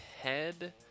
head